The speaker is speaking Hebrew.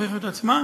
הוכיחו את עצמם,